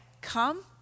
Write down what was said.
come